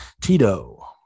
tito